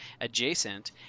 adjacent